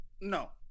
No